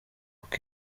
uko